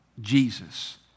Jesus